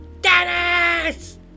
Dennis